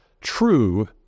true